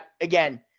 Again